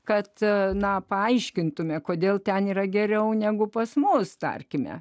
kad na paaiškintumėme kodėl ten yra geriau negu pas mus tarkime